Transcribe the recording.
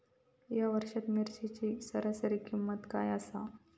या वर्षात मिरचीची सरासरी किंमत काय आसा?